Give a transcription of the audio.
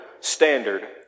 standard